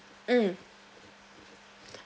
mmhmm